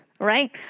Right